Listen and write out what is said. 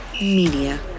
Media